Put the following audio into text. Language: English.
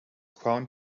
crowned